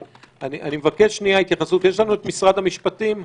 אני מבקש התייחסות של משרד המשפטים,